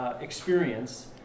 experience